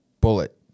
bullet